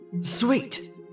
Sweet